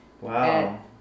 Wow